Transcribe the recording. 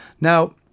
Now